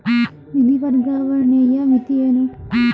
ನಿಧಿ ವರ್ಗಾವಣೆಯ ಮಿತಿ ಏನು?